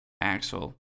Axel